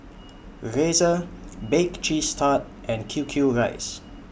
Razer Bake Cheese Tart and Q Q Rice